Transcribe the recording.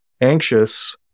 anxious